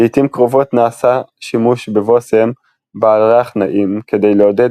לעיתים קרובות נעשה שימוש בבושם בעל ריח נעים כדי לעודד